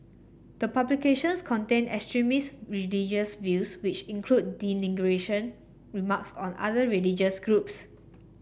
the publications contain extremist views which include remarks on other religious groups